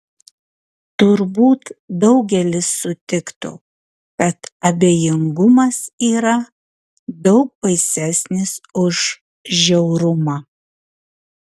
turbūt daugelis sutiktų kad abejingumas yra daug baisesnis už žiaurumą